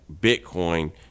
Bitcoin